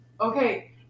okay